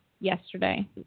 Yesterday